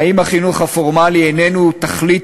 האם החינוך הבלתי-פורמלי איננו תכלית